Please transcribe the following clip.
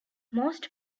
most